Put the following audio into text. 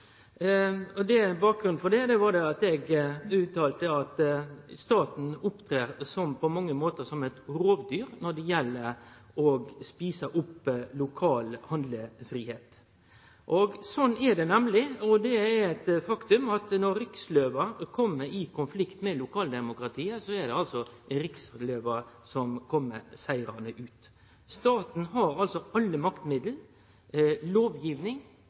Bakgrunnen for det var det eg sa om at staten på mange måtar opptrer som eit rovdyr når det gjeld å ete opp lokal handlefridom. Slik er det nemleg, og det er eit faktum at når riksløva kjem i konflikt med lokaldemokratiet, er det riksløva som kjem sigrande ut. Staten har altså alle maktmiddel: